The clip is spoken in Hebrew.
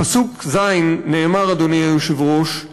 פסוק ז', נאמר, אדוני היושב-ראש: